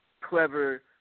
clever